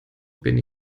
bin